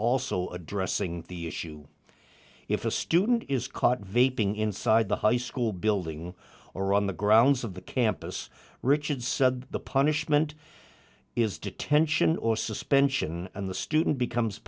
also addressing the issue if a student is caught vaporing inside the high school building or on the grounds of the campus richard said the punishment is detention or suspend and the student becomes